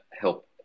help